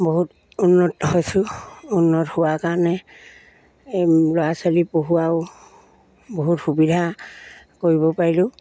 বহুত উন্নত হৈছোঁ উন্নত হোৱা কাৰণে এই ল'ৰা ছোৱালী পঢ়োৱাও বহুত সুবিধা কৰিব পাৰিলোঁ